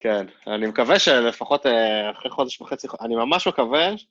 כן, אני מקווה שלפחות אחרי חודש וחצי, אני ממש מקווה...